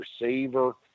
receiver